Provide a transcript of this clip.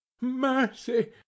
Mercy